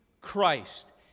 christ